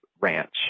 Ranch